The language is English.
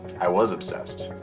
i was obsessed.